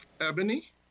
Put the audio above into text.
Ebony